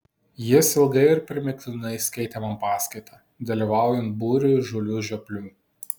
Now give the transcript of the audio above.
jis ilgai ir primygtinai skaitė man paskaitą dalyvaujant būriui įžūlių žioplių